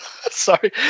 Sorry